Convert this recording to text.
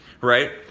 right